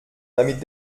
damit